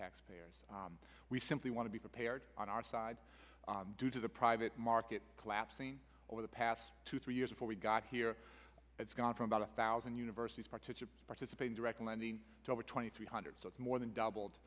axpayers we simply want to be prepared on our side due to the private market collapsing over the past two three years before we got here it's gone from about one thousand universities participants participating directly lending to over twenty three hundred so it's more than doubled